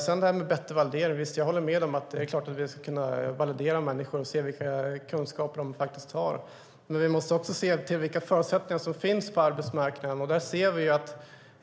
När det gäller bättre validering håller jag med om att det är klart att vi ska kunna validera människor och se vilka kunskaper de har. Men vi måste också se till vilka förutsättningar som finns på arbetsmarknaden.